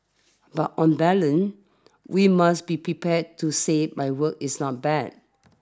but on balance we must be prepared to say my work is not bad